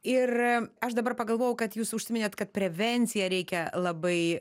ir aš dabar pagalvoju kad jūs užsiminėt kad prevenciją reikia labai